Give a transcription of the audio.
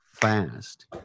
fast